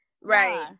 right